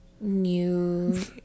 New